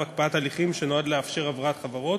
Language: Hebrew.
הקפאת הליכים שנועד לאפשר הבראת חברות,